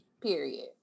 Period